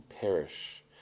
perish